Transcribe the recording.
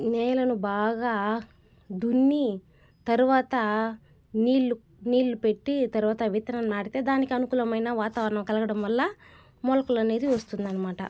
నేలను బాగా దున్ని తర్వాత నీళ్లు నీళ్లు పెట్టి తర్వాత విత్తనం నాటితే దానికి అనుకూలమైన వాతావరణం కలగడం వల్ల మొలకలు అనేది వస్తుందనమాట